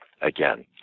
Again